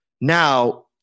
Now